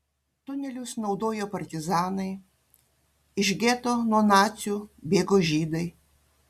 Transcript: tunelius naudojo partizanai iš geto nuo nacių bėgo žydai